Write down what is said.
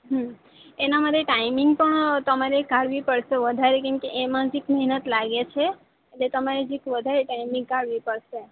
હમ એના માટે ટાઈમિંગ પણ તમારે કાઢવી પડશે વધારે કારણકે એમાં એક મહેનત લાગે છે એટલે તમે જરાક વધારે ટાઈમ નીકાળવી પડશે